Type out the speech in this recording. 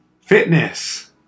Fitness